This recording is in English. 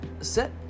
set